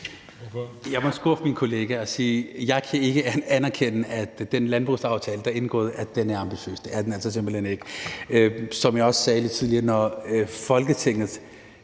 Jeg må skuffe min kollega og sige, at jeg ikke kan anerkende, at den landbrugsaftale, der er indgået, er ambitiøs. Det er den altså simpelt hen ikke. Som jeg også sagde det tidligere: Når Folketingets